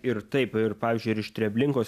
ir taip ir pavyzdžiui ir iš treblinkos